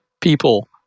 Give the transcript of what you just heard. people